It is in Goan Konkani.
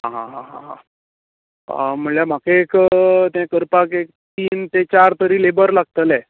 आं हां हां हां हां म्हळ्यार म्हाका एक तें करपाक एक तीन ते चार तरी लॅबर लागतले